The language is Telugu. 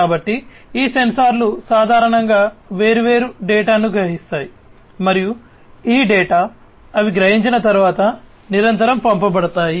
కాబట్టి ఈ సెన్సార్లు సాధారణంగా వేర్వేరు డేటాను గ్రహిస్తాయి మరియు ఈ డేటా అవి గ్రహించిన తర్వాత నిరంతరం పంపబడతాయి